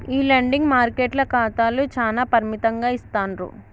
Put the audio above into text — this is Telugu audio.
ఈ లెండింగ్ మార్కెట్ల ఖాతాలు చానా పరిమితంగా ఇస్తాండ్రు